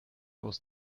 was